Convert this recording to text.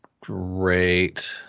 great